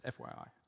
FYI